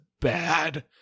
bad